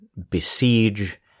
besiege